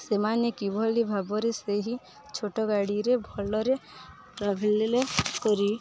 ସେମାନେ କିଭଳି ଭାବରେ ସେହି ଛୋଟ ଗାଡ଼ିରେ ଭଲରେ ଟ୍ରାଭେଲଲେ କରି